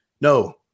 No